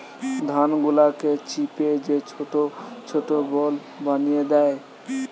ধান গুলাকে চিপে যে ছোট ছোট বল বানি দ্যায়